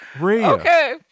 okay